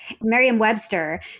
Merriam-Webster